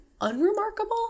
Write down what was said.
unremarkable